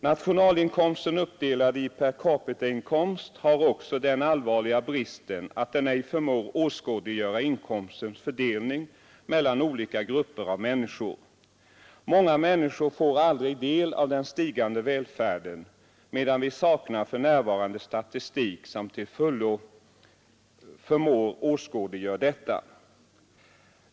Nationalinkomsten uppdelad i per capita-inkomst har också den allvarliga bristen att den ej förmår åskådliggöra inkomstens fördelning mellan olika grupper av människor. Många människor får aldrig del av den stigande välfärden, men vi saknar för närvarande statistik som till fullo förmår åskådliggöra detta.